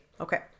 Okay